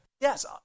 Yes